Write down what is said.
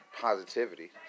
positivity